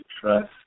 trust